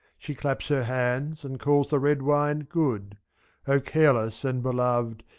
she claps her hands, and calls the red wine good o careless and beloved,